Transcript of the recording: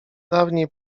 dawniej